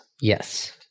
Yes